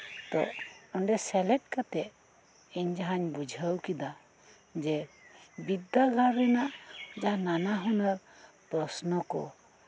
ᱛᱚ ᱚᱸᱰᱮ ᱥᱮᱞᱮᱫ ᱠᱟᱛᱮᱜ ᱤᱧ ᱡᱟᱦᱟᱧ ᱵᱩᱡᱷᱟᱹᱣ ᱠᱮᱫᱟ ᱡᱮ ᱵᱤᱨᱫᱟᱹ ᱜᱟᱲ ᱨᱮᱱᱟᱜ ᱡᱟᱦᱟᱸ ᱱᱟᱱᱟᱦᱩᱱᱟᱹᱨ ᱯᱚᱥᱱᱚᱠᱩ